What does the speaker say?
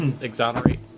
exonerate